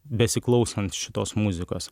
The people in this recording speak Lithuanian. besiklausant šitos muzikos